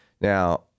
Now